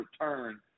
return